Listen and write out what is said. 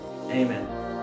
Amen